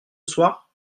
soir